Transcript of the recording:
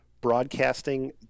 broadcasting